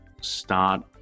start